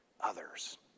others